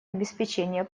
обеспечение